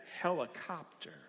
helicopter